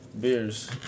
Beers